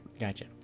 Gotcha